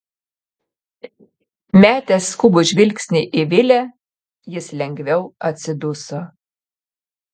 metęs skubų žvilgsnį į vilę jis lengviau atsiduso